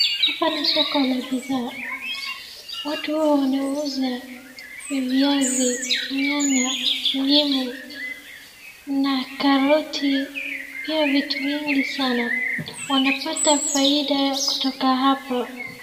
Hapa ni soko la bidhaa, watu huwa wanauza viazi, nyanya, ndimu na karoti. Pia vitu vingi sana. Wanapata faida kutoka hapo.